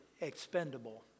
expendable